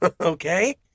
okay